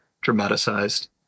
dramatized